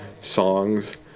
songs